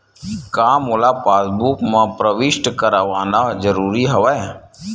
का मोला पासबुक म प्रविष्ट करवाना ज़रूरी हवय?